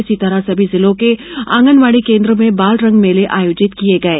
इसी तरह सभी जिलों के आंगनवाड़ी केन्द्रो में बालरंग मेले आयोजित किये गये